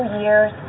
years